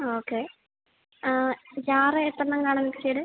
okay ആ jar എത്ര എണ്ണം കാണും മിക്സിയുടെ